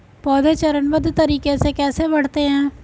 पौधे चरणबद्ध तरीके से कैसे बढ़ते हैं?